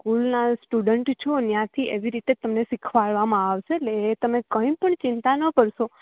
સ્કૂલના સ્ટુડન્ટ છો ન્યાથી એવી રીતે તમને શિખવાળવામાં આવશે એટલે એ તમે કંઇપણ ચિંતા ન કરશો